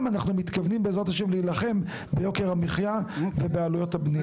אנחנו מתכוונים בעזרת השם להילחם ביוקר המחייה ובעלויות הבנייה.